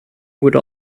would